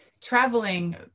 traveling